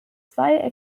zwei